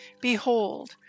Behold